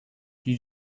die